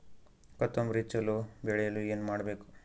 ಕೊತೊಂಬ್ರಿ ಚಲೋ ಬೆಳೆಯಲು ಏನ್ ಮಾಡ್ಬೇಕು?